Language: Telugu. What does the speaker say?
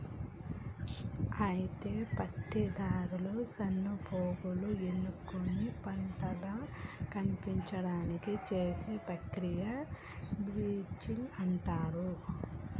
అయితే పత్తి దారాలు సన్నపోగులు ఎన్నుకొని పట్టుల కనిపించడానికి చేసే ప్రక్రియ బ్లీచింగ్ అంటారు